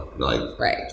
Right